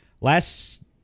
Last